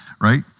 right